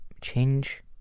Change